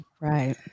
right